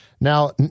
now